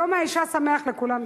יום האשה שמח לכולם.